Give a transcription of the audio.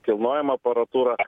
kilnojama aparatūra